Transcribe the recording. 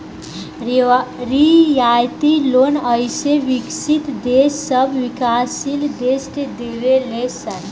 रियायती लोन अइसे विकसित देश सब विकाशील देश के देवे ले सन